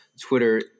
Twitter